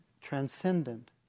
transcendent